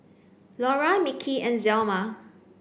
Laura Mickie and Zelma